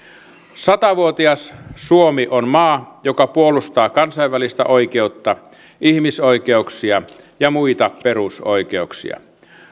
satavuotias suomi on maa joka puolustaa kansainvälistä oikeutta ihmisoikeuksia ja muita perusoikeuksia